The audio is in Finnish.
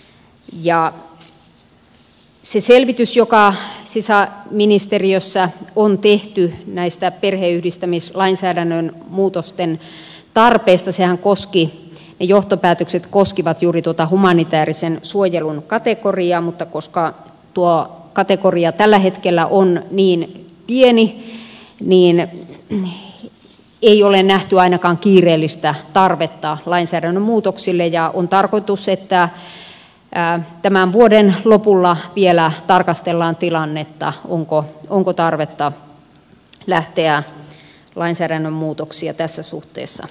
sen selvityksen joka sisäministeriössä on tehty näistä perheenyhdistämislainsäädännön muutosten tarpeista johtopäätökset koskivat juuri tuota humanitäärisen suojelun kategoriaa mutta koska tuo kategoria tällä hetkellä on niin pieni ei ole nähty ainakaan kiireellistä tarvetta lainsäädännön muutoksille ja on tarkoitus että tämän vuoden lopulla vielä tarkastellaan tilannetta onko tarvetta lähteä lainsäännön muutoksia tässä suhteessa tekemään